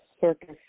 circus